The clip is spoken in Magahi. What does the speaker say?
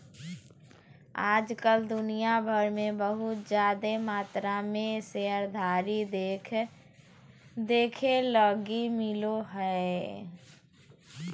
आज कल दुनिया भर मे बहुत जादे मात्रा मे शेयरधारी देखे लगी मिलो हय